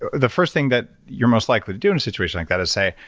the first thing that you're most likely to do in a situation like that is say,